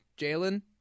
Jalen